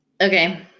Okay